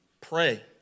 pray